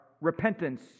repentance